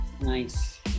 Nice